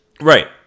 Right